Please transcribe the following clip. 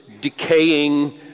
decaying